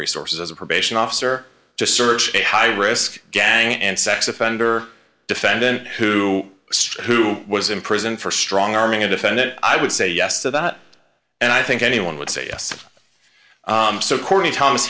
resources as a probation officer to search a high risk gang and sex offender defendant who stray who was in prison for strong arming a defendant i would say yes to that and i think anyone would say yes so courtney thomas